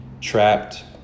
trapped